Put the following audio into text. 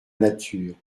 nature